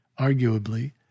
Arguably